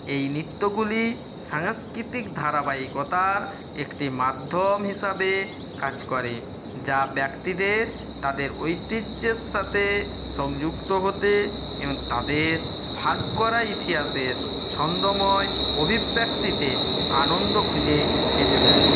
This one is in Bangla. এই নিত্যগুলি সাংস্কৃতিক ধারাবাহিকতার একটি মাধ্যম হিসাবে কাজ করে যা ব্যক্তিদের তাদের ঐতিহ্যের সাথে সংযুক্ত হতে এবং তাদের ভাগ করা ইতিহাসের ছন্দময় অভিব্যক্তিতে আনন্দ খুঁজে পেতে দেয়